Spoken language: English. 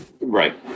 Right